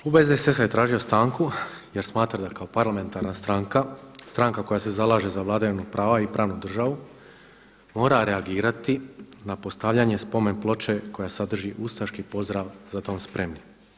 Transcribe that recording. Klub SDSS-a je tražio stanku jer smatra da kao parlamentarna stranka, stranka koja se zalaže za vladavinu prava i pravnu državu mora reagirati na postavljanje spomen ploče koja sadrži ustaški pozdrav „Za dom spremni“